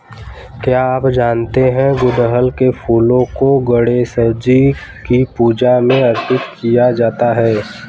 क्या आप जानते है गुड़हल के फूलों को गणेशजी की पूजा में अर्पित किया जाता है?